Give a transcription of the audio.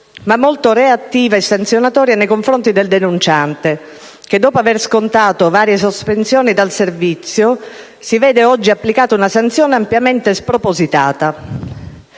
ma molto reattiva e sanzionatoria nei confronti del denunciante che, dopo aver scontato varie sospensioni dal servizio, si vede oggi applicata una sanzione ampiamente spropositata.